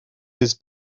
his